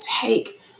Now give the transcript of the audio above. take